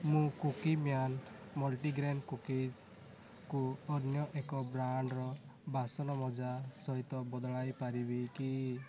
ମୁଁ Cookieman multigrain କୁକିଜ୍କୁ ଅନ୍ୟ ଏକ ବ୍ରାଣ୍ଡ୍ର ବାସନ ମଜା ସହିତ ବଦଳାଇ ପାରିବି କି